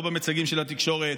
לא במיצגים של התקשורת,